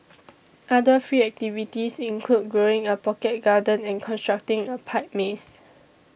other free activities include growing a pocket garden and constructing a pipe maze